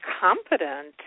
competent